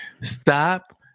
Stop